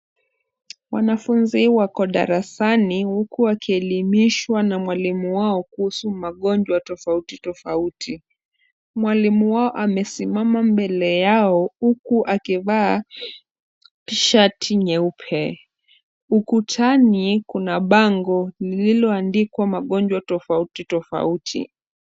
Wanafunzi wako darasani huku wakielimishwa na mwalimu wao kuhusu magonjwa tofauti tofauti. Mwalimu wao amesimama mbele yao huku akivaa t-shirt nyeupe. Ukutani kuna bango lililoandikwa magonjwa tofauti tofauti.